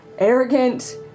Arrogant